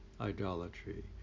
idolatry